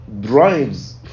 drives